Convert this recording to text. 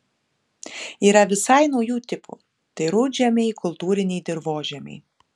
yra visai naujų tipų tai rudžemiai kultūriniai dirvožemiai